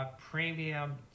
premium